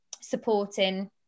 supporting